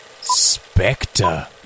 Spectre